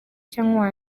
cyangwa